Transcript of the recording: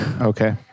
Okay